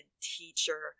teacher